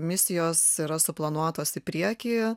misijos yra suplanuotos į priekį